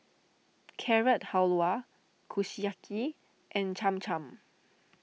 Carrot Halwa Kushiyaki and Cham Cham